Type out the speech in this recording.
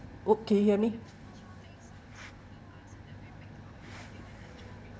okay hear me